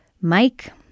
Mike